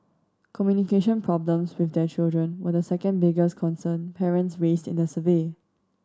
communication problems with their children were the second biggest concern parents raised in the survey